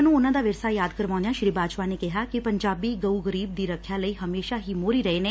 ਪੰਜਾਬੀਆਂ ਨੂੰ ਉਨੂਂ ਦਾ ਵਿਰਸਾ ਯਾਦ ਕਰਾਊਦਿਆਂ ਸ਼ੂੀ ਬਾਜਵਾ ਨੇ ਕਿਹਾ ਕਿ ਪੰਜਾਬੀ ਗਊ ਗਰੀਬ ਦੀ ਰੱਖਿਆ ਲਈ ਹੁਮੇਸ਼ਾ ਹੀ ਮੋਹਰੀ ਰਹੇ ਨੇ